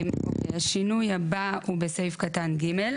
השינוי הבא הוא בסעיף קטן ג',